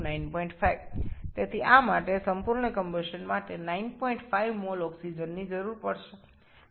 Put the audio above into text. আপনার x তবে আমরা লিখতে পারি 2x 2 × 6 7 অতএব x 95 সুতরাং একটি সম্পূর্ণ দহন এর জন্য ৯৫ মোল অক্সিজেনের প্রয়োজন হবে